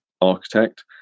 architect